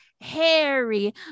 Harry